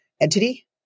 entity